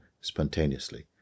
spontaneously